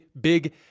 big